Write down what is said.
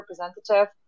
representative